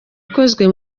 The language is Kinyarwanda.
ikozwe